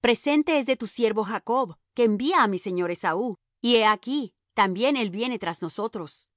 presente es de tu siervo jacob que envía á mi señor esaú y he aquí también él viene tras nosotros